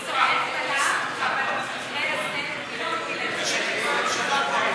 אבל במקרה הזה אני רציתי להצביע על ההסתייגות.